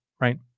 right